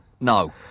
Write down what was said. No